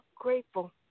grateful